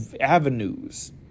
avenues